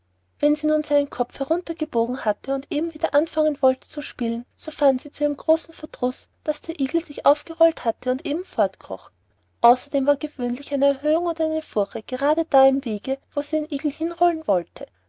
wenn sie nun seinen kopf herunter gebogen hatte und eben wieder anfangen wollte zu spielen so fand sie zu ihrem großen verdruß daß der igel sich aufgerollt hatte und eben fortkroch außerdem war gewöhnlich eine erhöhung oder eine furche gerade da im wege wo sie den igel hinrollen wollte